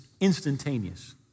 Instantaneous